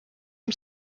amb